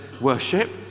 worship